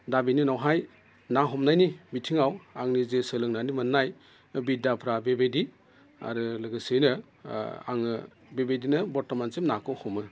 दा बेनि उनावहाय ना हमनायनि बिथिङाव आंनि जे सोलोंनानै मोननाय बिद्दाफ्रा बेबायदि आरो लोगोसेयैनो आङो बेबायदिनो बरथ'मानसिम नाखौ हमो